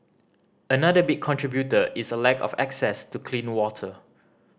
another big contributor is a lack of access to clean water